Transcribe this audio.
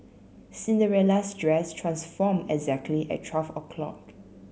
Cinderella's dress transformed exactly at twelve o'clock